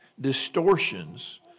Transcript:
distortions